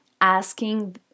asking